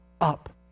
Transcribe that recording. up